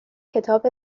کتاب